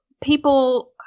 people